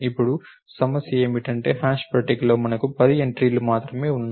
ఇప్పుడు సమస్య ఏమిటంటే హ్యాష్ పట్టికలో మనకు 10 ఎంట్రీలు మాత్రమే ఉన్నాయి